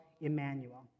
Emmanuel